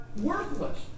worthless